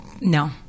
No